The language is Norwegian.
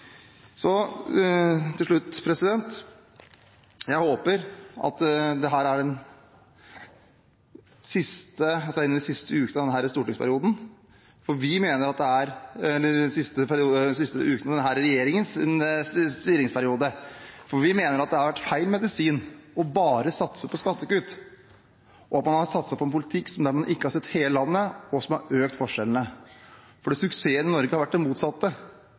Til slutt: Jeg håper at dette er en av de siste ukene av denne regjeringens styringsperiode, for vi mener det har vært feil medisin bare å satse på skattekutt, og at man har satset på en politikk der man ikke har sett hele landet, noe som har økt forskjellene. For suksessen i Norge har kommet av det motsatte,